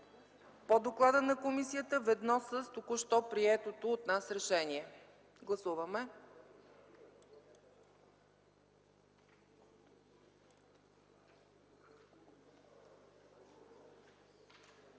по доклада на комисията, ведно с току-що приетото от нас решение. Гласували